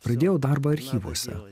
pradėjau darbą archyvuose